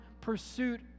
pursuit